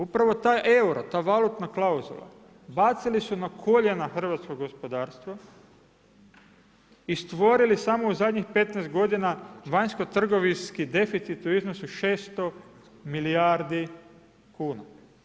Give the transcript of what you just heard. Upravo taj euro, ta valutna klauzula, bacili su na koljena hrvatsko gospodarstvo i stvorili samo u zadnjih 15 g. vanjsko trgovinski deficit u iznosu 600 milijardi kuna.